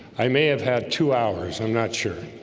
i may have had two hours. i'm not sure